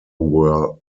were